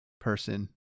person